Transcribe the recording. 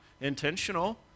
intentional